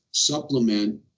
Supplement